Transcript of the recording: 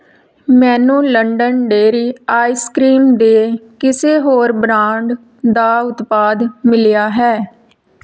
ਮੈਨੂੰ London dairy ice cream ਦੇ ਕਿਸੇ ਹੋਰ ਬ੍ਰਾਂਡ ਦਾ ਉਤਪਾਦ ਮਿਲਿਆ ਹੈ